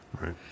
Right